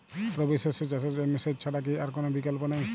রবি শস্য চাষের জন্য সেচ ছাড়া কি আর কোন বিকল্প নেই?